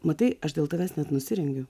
matai aš dėl tavęs net nusirengiu